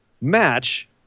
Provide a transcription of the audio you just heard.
match